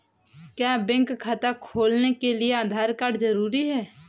क्या बैंक खाता खोलने के लिए आधार कार्ड जरूरी है?